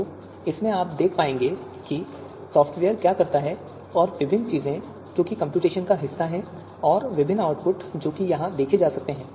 तो इसमें अब आप देख पाएंगे कि सॉफ्टवेयर क्या करता है और विभिन्न चीजें जो कंप्यूटेशंस का हिस्सा हैं और विभिन्न आउटपुट जो यहां देखे जा सकते हैं